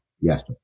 Yes